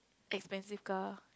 expensive car